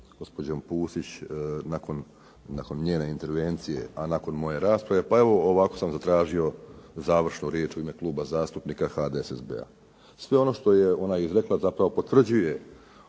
gospođom Pusić nakon njene intervencije, a nakon moje rasprave, pa evo ovako sam zatražio završnu riječ u ime Kluba zastupnika HDSSB-a. Sve ono što je ona izrekla zapravo potvrđuje